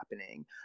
happening